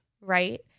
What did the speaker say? right